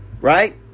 right